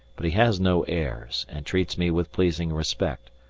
but he has no airs, and treats me with pleasing respect,